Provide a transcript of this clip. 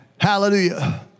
Hallelujah